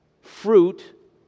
fruit